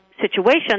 situation